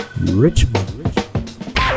Richmond